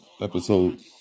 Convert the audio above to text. episode